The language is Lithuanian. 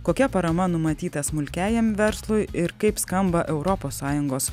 kokia parama numatyta smulkiajam verslui ir kaip skamba europos sąjungos